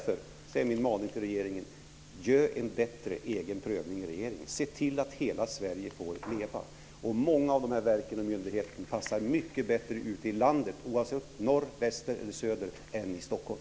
Därför är min maning till regeringen att göra en bättre prövning i regeringen och se till att hela Sverige får leva. Många av verken och myndigheterna passar mycket bättre ute i landet - oavsett om det är norr, väster eller söder - än i Stockholm.